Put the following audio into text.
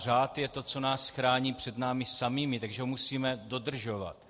Řád je to, co nás chrání před námi samými, takže ho musíme dodržovat.